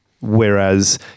Whereas